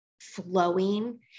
flowing